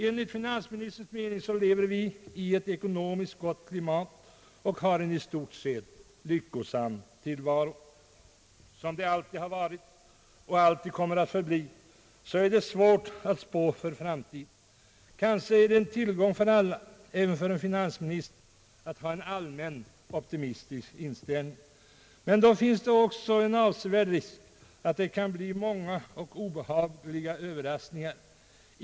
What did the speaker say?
Enligt finansministerns mening lever vi i ett ekonomiskt gott klimat och har en i stort sett lyckosam tillvaro. Som det alltid har varit och alltid kommer att förbli är det svårt att spå för framtiden. Kanske är det en tillgång för alla, även för en finansminister, att ha en allmänt optimistisk inställning. Men då finns det också en avsevärd risk att det kan bli många och obehagliga överraskningar.